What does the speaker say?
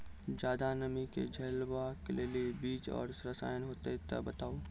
ज्यादा नमी के झेलवाक लेल बीज आर रसायन होति तऽ बताऊ?